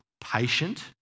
patient